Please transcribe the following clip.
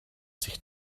sich